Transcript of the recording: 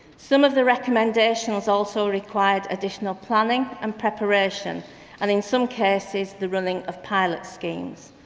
some of the recommendations also required additional planning and preparation and in some cases, the running of pilot schemes.